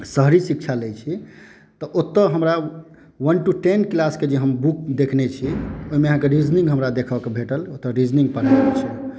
शहरी शिक्षा लैत छी तऽ ओतय हमरा वन टु टेन क्लासके जे हम बुक देखने छी ओहिमे अहाँकेँ रीजनिंग हमरा देखयके भेटल ओतय रीजनिंग पढ़ाइ होइत छै